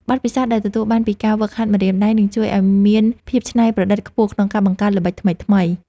បទពិសោធន៍ដែលទទួលបានពីការហ្វឹកហាត់ម្រាមដៃនឹងជួយឱ្យអ្នកមានភាពច្នៃប្រឌិតខ្ពស់ក្នុងការបង្កើតល្បិចថ្មីៗ។